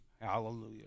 Hallelujah